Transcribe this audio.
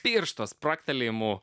piršto spragtelėjimo